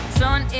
sun